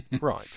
Right